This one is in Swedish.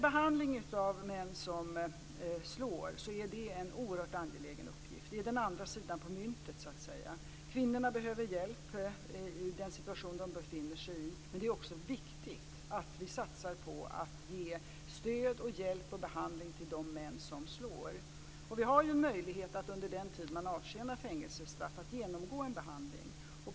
Behandling av män som slår är en oerhört angelägen uppgift. Det är den andra sidan av myntet. Kvinnorna behöver hjälp i den situation de befinner sig i. Men det är också viktigt att vi satsar på att ge stöd, hjälp och behandling till de män som slår. Det finns möjlighet att genomgå en behandling under den tid man avtjänar fängelsestraff.